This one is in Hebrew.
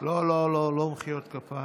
לא, לא, לא מחיאות כפיים.